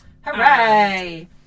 Hooray